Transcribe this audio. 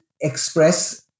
express